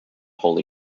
holy